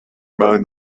among